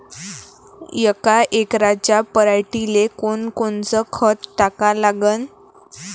यका एकराच्या पराटीले कोनकोनचं खत टाका लागन?